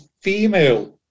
female